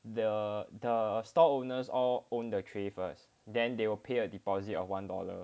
the the stall owners all own the tray first then they will pay a deposit of one dollar